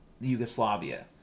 Yugoslavia